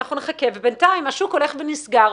בינתיים השוק הולך ונסגר,